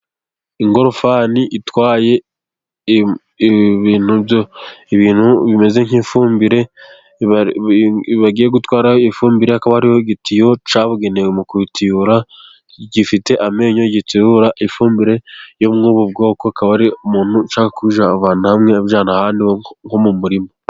Ingorofani itwaye ibintu, ibintu bimeze nk'ifumbire, bagiye gutwaraho ifumbire, akaba hariho igitiyo cyabugenewe mu kubitiyura, gifite amenyo, giterura ifumbire yo muri ubu bwoko, akaba ari umuntu ushaka kubivana ahantu hamwe abijyana ahandi ho mu murima.